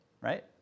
right